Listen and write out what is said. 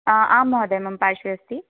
आं महोदय मम पार्श्वे अस्ति